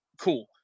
Cool